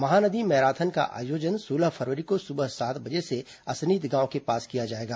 Mahanadi marathon का आयोजन सोलह फरवरी को सुबह सात बजे से असनीद गांव के पास किया जाएगा